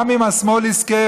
גם אם השמאל יזכה,